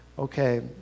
okay